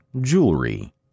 jewelry